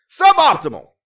Suboptimal